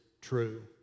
true